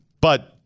but-